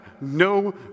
no